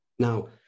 Now